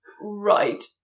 Right